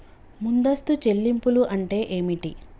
ముందస్తు చెల్లింపులు అంటే ఏమిటి?